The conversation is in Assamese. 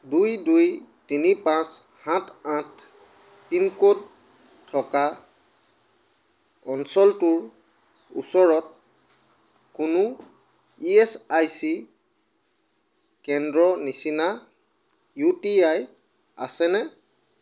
দুই দুই তিনি পাঁচ সাত আঠ পিনক'ড থকা অঞ্চলটোৰ ওচৰত কোনো ই এছ আই চি কেন্দ্ৰৰ নিচিনা ইউ টি আই আছেনে